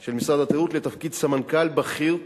של משרד התיירות לתפקיד סמנכ"ל בכיר,